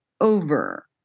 over